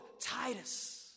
Titus